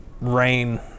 rain